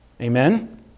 Amen